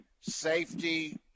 safety